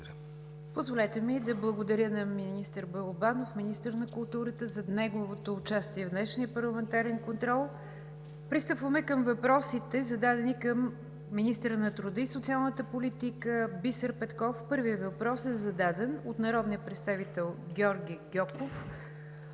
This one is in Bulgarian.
Позволете ми да благодаря на министър Боил Банов – министър на културата, за неговото участие в днешния парламентарен контрол. Пристъпваме към въпросите, зададени към министъра на труда и социалната политика Бисер Петков. Първият въпрос е зададен от народния представител Георги Гьоков